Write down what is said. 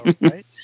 right